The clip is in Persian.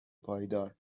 پایدار